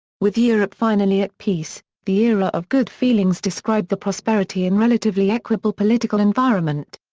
with europe finally at peace, the era of good feelings described the prosperity and relatively equable political environment.